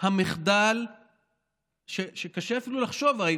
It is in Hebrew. המחדל שקשה אפילו לחשוב, הרי